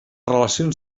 relacions